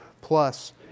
plus